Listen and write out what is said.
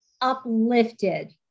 uplifted